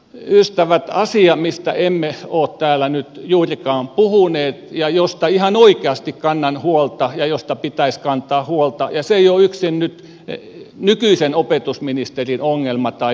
sitten asia mistä emme ole täällä juurikaan puhuneet ja josta ihan oikeasti kannan huolta ja josta pitäisi kantaa huolta ja se ei ole yksin nykyisen opetusministerin ongelma tai vika